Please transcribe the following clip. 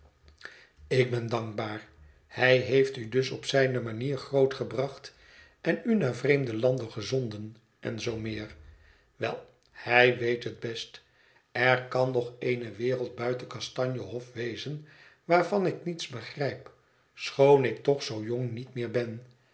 ik ben dankbaar hij heeft u dus op zijne manier groot gebracht en u naar vreemde landen gezonden en zoo meer wel hij weet het best er kan nog eene wereld buiten kastanjehof wezen waarvan ik niets begrijp schoon ik toch zoo jong niet meer ben